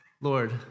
Lord